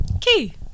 key